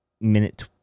minute